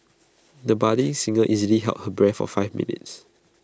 the budding singer easily held her breath for five minutes